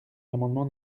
l’amendement